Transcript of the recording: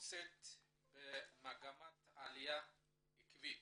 נמצאת במגמת עליה עקבית.